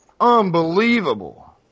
unbelievable